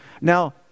Now